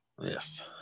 Yes